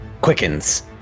quickens